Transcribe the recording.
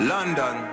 London